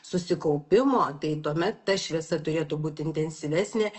susikaupimo tai tuomet ta šviesa turėtų būt intensyvesnė